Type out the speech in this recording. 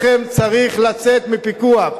לחם צריך לצאת מפיקוח.